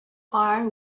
are